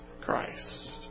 Christ